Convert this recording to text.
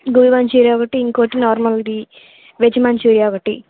gobi Manchuria ఒకటి ఇంకొకటి normal ది వెజ్ మంచూరియా ఒకటి